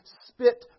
spit